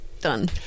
done